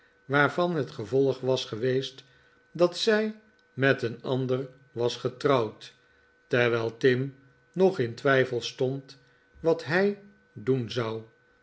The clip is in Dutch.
waarvan het gevolg was geweest dat zij met een ander was getrouwd terwijl tim nog in twijfel stond wat hij doen zou